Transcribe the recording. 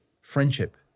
friendship